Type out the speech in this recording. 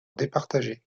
départager